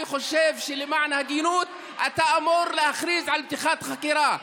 אני חושב שלמען ההגינות אתה אמור להכריז על פתיחת חקירה.